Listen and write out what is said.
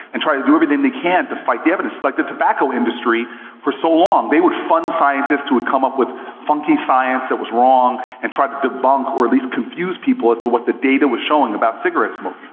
and try to do everything they they can to fight the evidence. like the tobacco industry for so long. they would fund scientists who would come up with funky science that was wrong, and try to debunk, or at least confuse people as to what the data was showing about cigarette smoking.